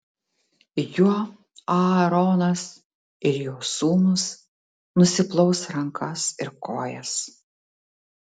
juo aaronas ir jo sūnūs nusiplaus rankas ir kojas